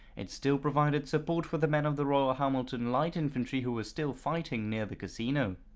it still provided support for the men of the royal ah hamilton light infantry who were still fighting near the casino.